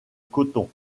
coton